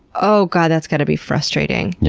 oh god, that's gotta be frustrating.